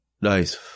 Nice